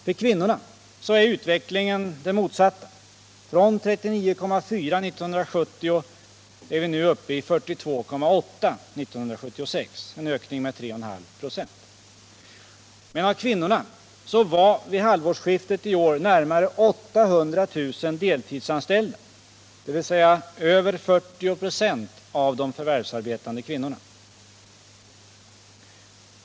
För kvinnorna är utvecklingen den motsatta: från 39,4 96 år 1970 till 42,8 96 år 1976, en ökning med 3,5 26. Men av kvinnorna var vid halvårsskiftet i år närmare 800 000 deltidsanställda — dvs. över 40 96 av de förvärvsarbetande kvinnorna.